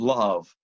love